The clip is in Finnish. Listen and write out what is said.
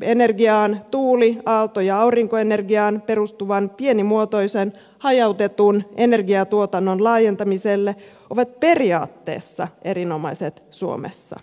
bioenergiaan tuuli aalto ja aurinkoenergiaan perustuvan pienimuotoisen hajautetun energiatuotannon laajentamiselle ovat periaatteessa erinomaiset suomessa